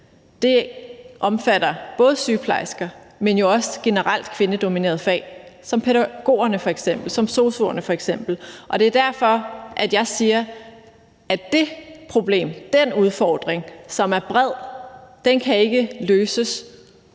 ser, omfatter både sygeplejersker, men jo også generelt kvindedominerede fag som f.eks. pædagogerne og sosu'erne. Og det er derfor, at jeg siger, at det problem og den udfordring, som er bred, ikke kan løses